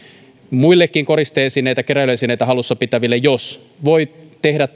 muillekin koriste esineitä keräilyesineitä hallussaan pitäville jos voi tehdä